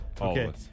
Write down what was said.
Okay